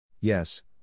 Yes